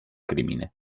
crimine